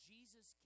Jesus